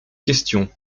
question